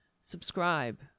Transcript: subscribe